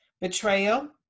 betrayal